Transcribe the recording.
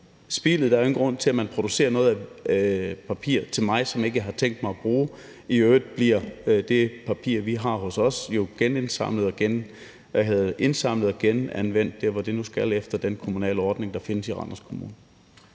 ikke nogen grund til, at man producerer noget af papir til mig, som jeg ikke har tænkt mig at bruge. Og i øvrigt bliver det papir, vi har hos os, jo indsamlet og genanvendt der, hvor det nu skal det efter den kommunale ordning, der findes i Randers Kommune.